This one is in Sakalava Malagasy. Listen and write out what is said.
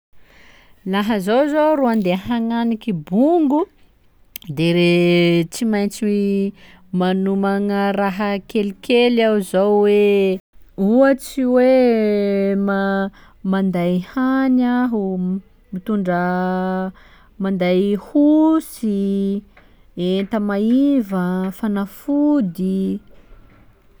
Laha zaho zô rô ndeha hagnaniky bongo de re- tsy maintsy manomagna raha kelikely aho zao hoe: ohatsy hoe ma- manday hany aho, mitondra manday hosy, enta mahiva, fanafody.